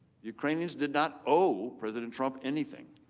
ukrainians do not owe president trump anything.